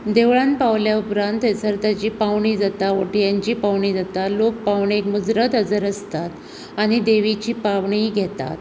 देवळान पावल्या उपरांत थंयसर ताजी पावणी जाता उटियांची पावणी जाता लोक पावणंक मुजरत हजर आसता आनी देवीची पावणी घेतात